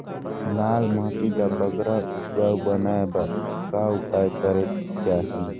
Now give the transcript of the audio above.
लाल माटी ला बगरा उपजाऊ बनाए बर का उपाय करेक चाही?